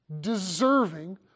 deserving